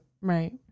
right